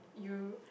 you